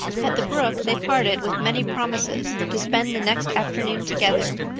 at the brook they parted with many promises to spend the next afternoon together.